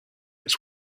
its